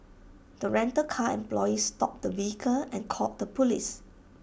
the rental car employee stopped the vehicle and called the Police